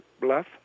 bluff